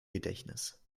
gedächtnis